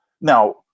Now